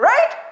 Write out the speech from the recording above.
Right